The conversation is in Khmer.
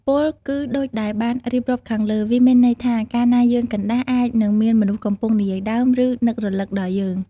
ពោលគឺដូចដែលបានរៀបរាប់ខាងលើ វាមានន័យថា កាលណាយើងកណ្ដាស់ អាចនឹងមានមនុស្សកំពុងនិយាយដើម ឬ នឹករឭកដល់យើង។